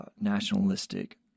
nationalistic